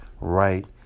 right